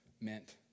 meant